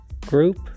group